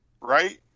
right